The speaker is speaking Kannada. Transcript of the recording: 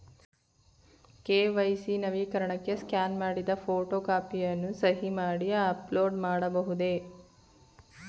ಕೆ.ವೈ.ಸಿ ನವೀಕರಣಕ್ಕೆ ಸ್ಕ್ಯಾನ್ ಮಾಡಿದ ಫೋಟೋ ಕಾಪಿಯನ್ನು ಸಹಿ ಮಾಡಿ ಅಪ್ಲೋಡ್ ಮಾಡಬಹುದೇ?